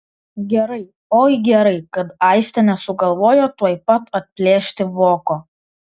gerai oi gerai kad aistė nesugalvojo tuoj pat atplėšti voko